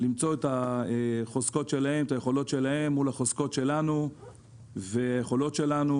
למצוא את החוזקות והיכולות שלהן מול החוזקות והיכולות שלנו,